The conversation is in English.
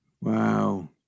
Wow